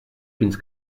fins